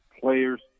players